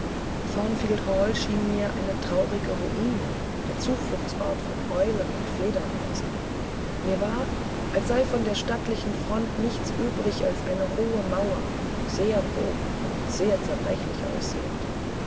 thornfield hall schien mir eine traurige ruine der zufluchtsort von eulen und fledermäusen mir war als sei von der stattlichen front nichts übrig als eine hohle mauer sehr hoch und sehr zerbrechlich aussehend